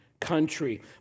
country